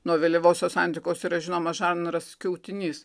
nuo vėlyvosios antikos yra žinomas žanras skiautinys